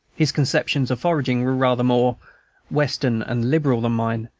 his conceptions of foraging were rather more western and liberal than mine,